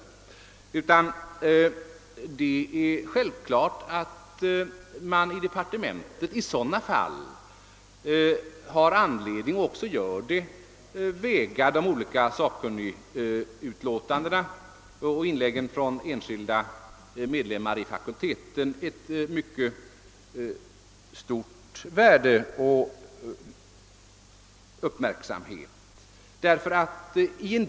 Det är i stället självfallet så att man inom departementet i sådana fall har anledning att ägna mycket stor uppmärksamhet åt de olika sakkunnigutlåtandena och inläggen från enskilda medlemmar av fakulteten, och en sådan avvägning sker också i praktiken.